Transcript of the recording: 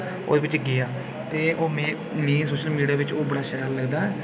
होई बिच गेआ ते ओह् में मीडिया बिच जिसलै ओह् बड़ा शैल लगदा ऐ